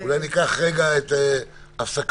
לדבר עליהן לתוך